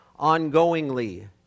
ongoingly